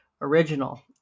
original